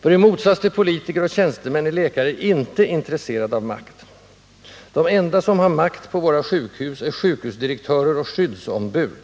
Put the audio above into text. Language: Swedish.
För i motsats till politiker och tjänstemän är läkare inte intresserade av makt. De enda som har makt på våra sjukhus är sjukhusdirektörer och skyddsombud.